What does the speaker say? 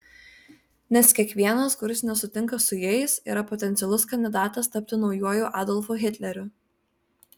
nes kiekvienas kuris nesutinka su jais yra potencialus kandidatas tapti naujuoju adolfu hitleriu